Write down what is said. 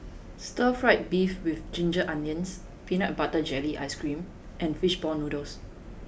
stir fried beef with ginger onions peanut butter jelly ice cream and fish ball noodles